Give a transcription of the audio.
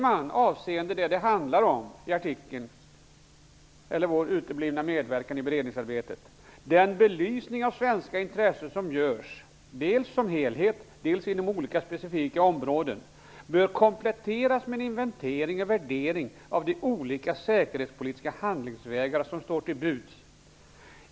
I artikeln sägs om vår uteblivna medverkan i beredningsarbetet: Den belysning av svenska intressen som görs, dels som helhet, dels inom olika specifika områden bör kompletteras med en inventering och värdering av de olika säkerhetspolitiska handlingsvägar som står till buds.